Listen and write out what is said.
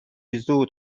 زود